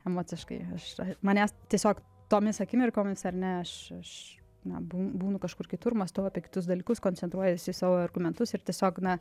emociškai aš manęs tiesiog tomis akimirkomis ar ne aš aš na bū būnu kažkur kitur mąstau apie kitus dalykus koncentruojuosi į savo argumentus ir tiesiog na